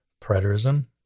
preterism